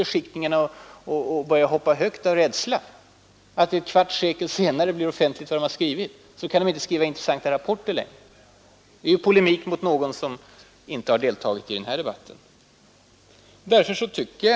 Vad vi föreslår är att tiden skall som kan få beskickningarna att hoppa högt av rädsla. Det är inte så att de vägrar skriva intressanta rapporter därför att de ett kvarts sekel senare kommer att bli offentliga.